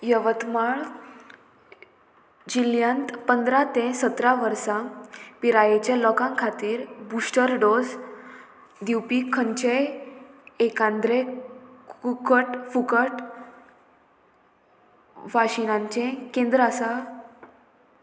यवतमाळ जिल्ल्यांत पंदरा ते सतरा वर्सां पिरायेच्या लोकां खातीर बुस्टर डोस दिवपी खंयचेय एकाद्रें कुकट फुकट वाशिनांचें केंद्र आसा